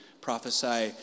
prophesy